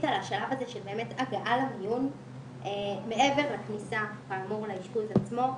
על השלב הזה של הגעה למיון מעבר לכניסה כאמור לאשפוז עצמו.